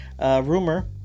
Rumor